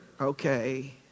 Okay